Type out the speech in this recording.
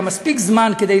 היה מספיק זמן כדי